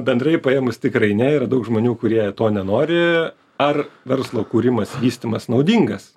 bendrai paėmus tikrai ne yra daug žmonių kurie to nenori ar verslo kūrimas vystymas naudingas